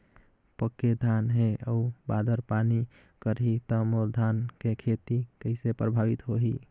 पके धान हे अउ बादर पानी करही त मोर धान के खेती कइसे प्रभावित होही?